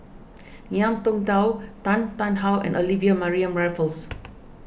Ngiam Tong Dow Tan Tarn How and Olivia Mariamne Raffles